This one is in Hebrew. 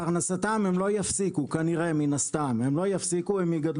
אין שם פרנסה מספקת למי שגר